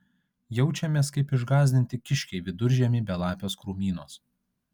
jaučiamės kaip išgąsdinti kiškiai viduržiemį belapiuos krūmynuos